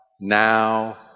now